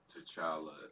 T'Challa